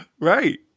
Right